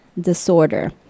Disorder